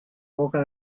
boca